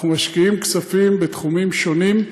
אנחנו משקיעים כספים בתחומים שונים,